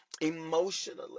emotionally